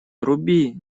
труби